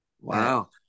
Wow